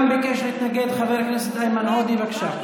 ביקש להתנגד גם חבר הכנסת איימן עודה, בבקשה.